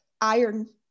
iron